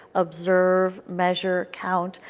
observe, measure, count.